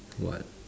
what